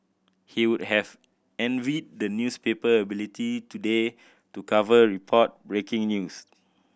he would have envied the newspaper ability today to cover report breaking news